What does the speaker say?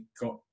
got